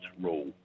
rule